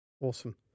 Awesome